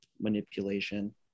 manipulation